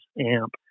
amp